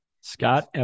Scott